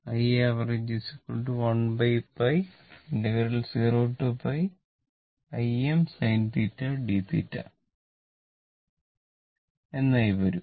Iav 1𝝿0 Imsinθd എന്നായി തീരും